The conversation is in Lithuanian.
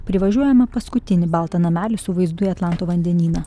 privažiuojame paskutinį baltą namelį su vaizdu į atlanto vandenyną